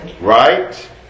Right